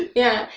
and yeah.